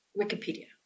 Wikipedia